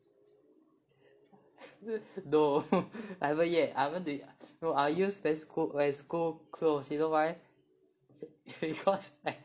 no haven't yet I haven't bro I use when school when school close you know why because I